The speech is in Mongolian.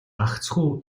гагцхүү